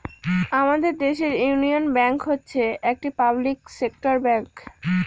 আমাদের দেশের union bank হচ্ছে একটি পাবলিক সেক্টর ব্যাঙ্ক